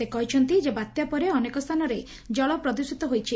ସେ କହିଛନ୍ତି ବାତ୍ୟା ପରେ ଅନେକ ସ୍ତାନରେ ଜଳ ପ୍ରଦ୍ଷିତ ହୋଇଛି